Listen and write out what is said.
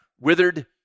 withered